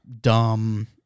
dumb